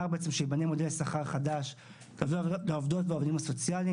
שייבנה מודל שכר חדש לעובדות ולעובדים הסוציאליים,